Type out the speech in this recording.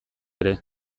ere